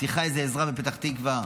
צריכה איזו עזרה בפתח תקווה.